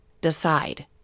Decide